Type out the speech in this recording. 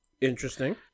Interesting